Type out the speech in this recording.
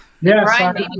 Yes